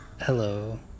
hello